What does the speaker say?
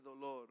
dolor